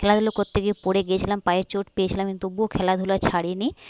খেলাধুলো করতে গিয়ে পরে গিয়েছিলাম পায়ে চোট পেয়েছিলাম কিন্তু তবুও খেলাধুলো ছাড়ি নি